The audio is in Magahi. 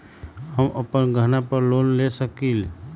हम अपन गहना पर लोन ले सकील?